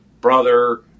brother